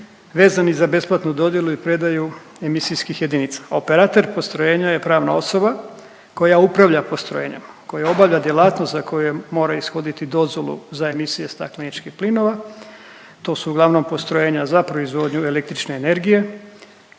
vezani za besplatnu dodjelu i prodaju emisijskih jedinica. Operater postrojenja je pravna osoba koja upravlja postrojenjem, koje obavlja djelatnost za koju je morao ishoditi dozvolu za emisije stakleničkih plinova, to su uglavnom postrojenja za proizvodnju električne energije,